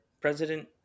President